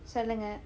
சொல்லுங்க:sollunga